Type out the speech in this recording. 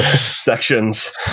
sections